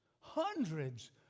hundreds